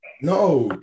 No